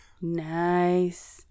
nice